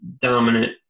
dominant